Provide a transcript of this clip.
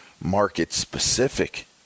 market-specific